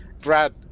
Brad